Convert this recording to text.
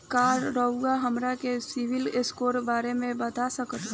का रउआ हमरा के सिबिल स्कोर के बारे में बता सकत बानी?